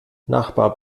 nachbar